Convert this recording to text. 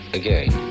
again